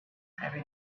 everybody